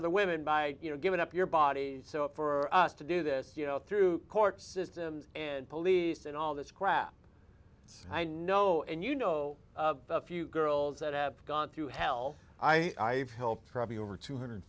other women by you know giving up your body so for us to do this you know through court systems and police and all this crap i know and you know a few girls that have gone through hell i helped probably over two hundred